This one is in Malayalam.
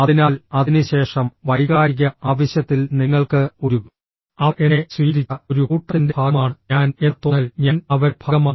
അതിനാൽ അതിനുശേഷം വൈകാരിക ആവശ്യത്തിൽ നിങ്ങൾക്ക് ഒരു അവർ എന്നെ സ്വീകരിച്ച ഒരു കൂട്ടത്തിൻ്റെ ഭാഗമാണ് ഞാൻ എന്ന തോന്നൽ ഞാൻ അവരുടെ ഭാഗമാണ്